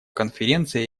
конференция